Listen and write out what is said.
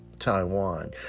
taiwan